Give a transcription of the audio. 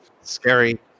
Scary